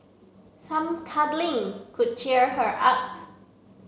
some cuddling could cheer her up